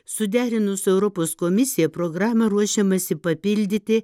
suderinus su europos komisija programą ruošiamasi papildyti